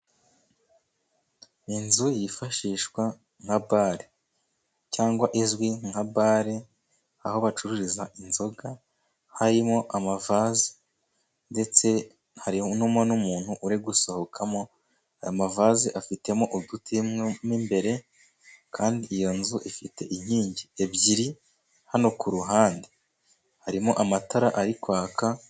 Inzu yifashishwa nka bare cyangwa izwi nka bare aho bacururiza inzoga, harimo amavazi ndetse harimo n'umuntu uri gusohokamo, aya mavaze afitemo uduti mo imbere, kandi iyo nzu ifite inkingi ebyiri, hano ku ruhande. Harimo amatara ari kwaka.